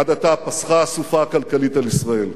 עד עתה פסחה הסופה הכלכלית על ישראל,